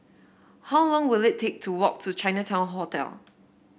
how long will it take to walk to Chinatown Hotel